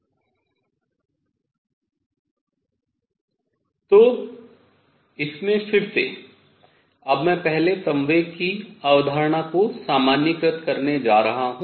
तो इसमें फिर से अब मैं पहले संवेग की अवधारणा को सामान्यीकृत करने जा रहा हूँ